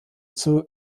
zur